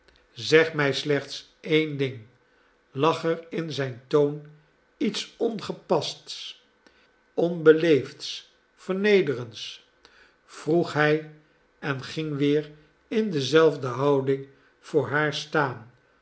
zeg mij slechts één ding lag er in zijn toon iets ongepasts onbeleefds vernederends vroeg hij en ging weer in dezelfde houding voor haar staan